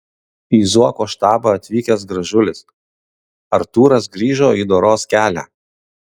į zuoko štabą atvykęs gražulis artūras grįžo į doros kelią